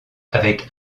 avec